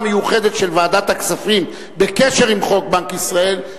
המיוחדת של ועדת הכספים בקשר עם חוק בנק ישראל,